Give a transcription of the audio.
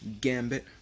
gambit